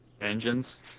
Engines